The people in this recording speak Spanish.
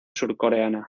surcoreana